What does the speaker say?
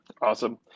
Awesome